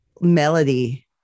melody